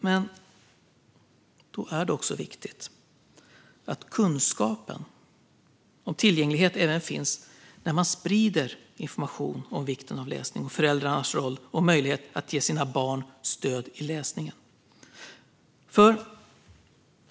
Men då är det också viktigt att kunskapen om tillgänglighet även finns när man sprider information om vikten av läsning och föräldrars roll och möjlighet att ge sina barn stöd i läsningen.